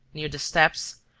near the steps,